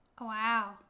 Wow